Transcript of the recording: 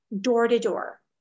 door-to-door